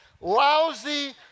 lousy